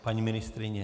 Paní ministryně?